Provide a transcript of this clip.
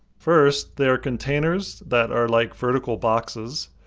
first, they are containers that are like vertical boxes.